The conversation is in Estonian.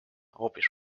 hoopis